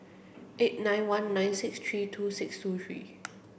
eight nine one nine six three two six two three